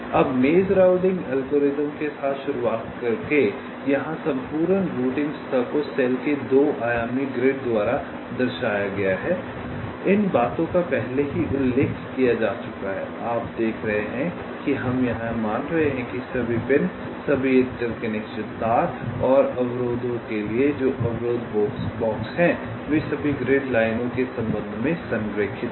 अब maze routing algorithm के साथ शुरुआत करके यहाँ संपूर्ण रूटिंग सतह को सेल के 2 आयामी ग्रिड द्वारा दर्शाया गया है इन बातों का पहले ही उल्लेख किया जा चुका है आप देख रहे हैं कि हम यह मान रहे हैं कि सभी पिन सभी इंटरकनेक्शन तार और अवरोधों के लिए जो अवरोधक बॉक्स हैं वे सभी ग्रिड लाइनों के संबंध में संरेखित हैं